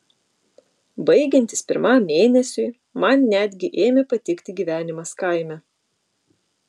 baigiantis pirmam mėnesiui man netgi ėmė patikti gyvenimas kaime